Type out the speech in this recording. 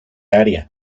área